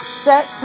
set